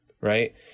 Right